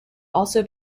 also